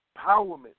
empowerment